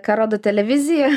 ką rodo televizija